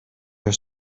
your